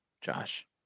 Josh